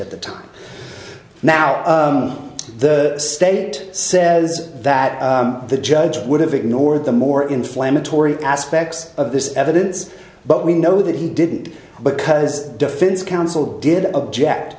at the time now the state says that the judge would have ignored the more inflammatory aspects of this evidence but we know that he didn't because defense counsel did object